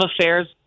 affairs